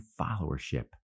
followership